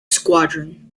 squadron